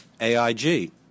AIG